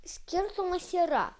skirtumas yra